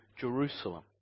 Jerusalem